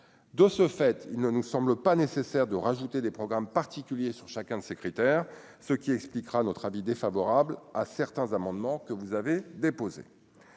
de ce fait, il ne nous semble pas nécessaire de rajouter des programmes particuliers sur chacun de ces critères, ce qui expliquera notre avis défavorable à certains amendements que vous avez déposé